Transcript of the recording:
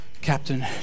Captain